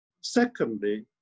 Secondly